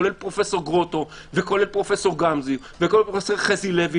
כולל פרופ' גרוטו וכולל פרופ' גמזו וכולל פרופ' חזי לוי,